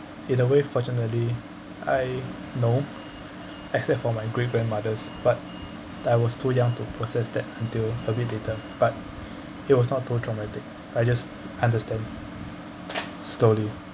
in a way fortunately I no except for my great grandmother but I was too young to process that until a bit later but it was not too traumatic I just understand slowly